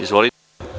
Izvolite.